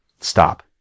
stop